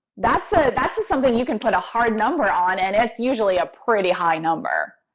that's ah that's something you can put a hard number on and it's usually a pretty high number.